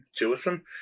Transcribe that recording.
Jewison